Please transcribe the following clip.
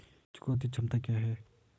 चुकौती क्षमता क्या है?